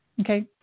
Okay